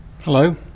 Hello